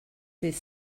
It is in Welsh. ddydd